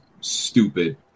stupid